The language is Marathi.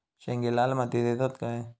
शेंगे लाल मातीयेत येतत काय?